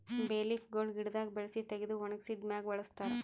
ಬೇ ಲೀಫ್ ಗೊಳ್ ಗಿಡದಾಗ್ ಬೆಳಸಿ ತೆಗೆದು ಒಣಗಿಸಿದ್ ಮ್ಯಾಗ್ ಬಳಸ್ತಾರ್